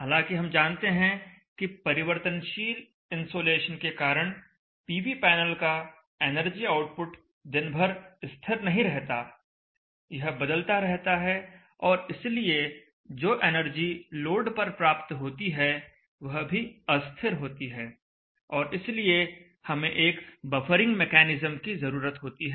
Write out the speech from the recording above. हालांकि हम जानते हैं कि परिवर्तनशील इंसोलेशन के कारण पीवी पैनल का एनर्जी आउटपुट दिन भर स्थिर नहीं रहता यह बदलता रहता है और इसलिए जो एनर्जी लोड पर प्राप्त होती है वह भी अस्थिर होती है और इसलिए हमें एक बफरिंग मेकैनिज्म की जरूरत होती है